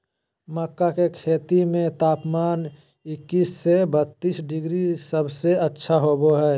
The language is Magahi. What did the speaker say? मक्का के खेती में तापमान इक्कीस से बत्तीस डिग्री सबसे अच्छा होबो हइ